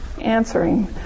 answering